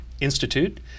Institute